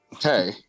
Hey